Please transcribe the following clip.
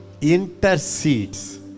intercedes